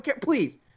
please